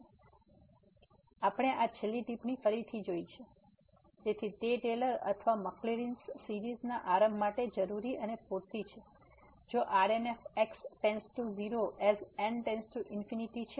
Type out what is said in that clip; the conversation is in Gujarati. તેથી આપણે આ છેલ્લી ટિપ્પણી ફરીથી જોઈ છે તેથી તે ટેલર અથવા મકલરિન્સ સીરીઝના આરંભ માટે જરૂરી અને પૂરતી છે જે Rn→0 as n →∞ છે